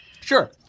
Sure